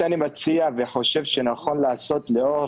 לאור